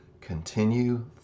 continue